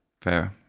Fair